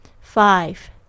Five